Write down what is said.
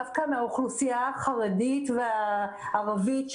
דווקא מהאוכלוסייה החרדית והערבית.